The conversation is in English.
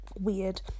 weird